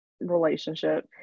relationship